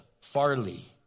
farley